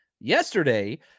Yesterday